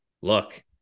look